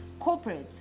corporates